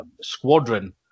squadron